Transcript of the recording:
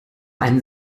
ein